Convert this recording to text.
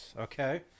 okay